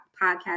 podcast